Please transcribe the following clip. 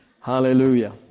Hallelujah